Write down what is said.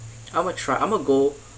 I'mma try I'mma go